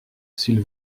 s’il